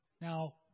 Now